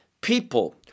people